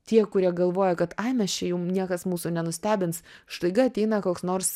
tie kurie galvoja kad ai mes čia jau niekas mūsų nenustebins štaiga ateina koks nors